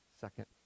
second